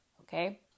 Okay